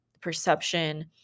perception